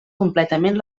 completament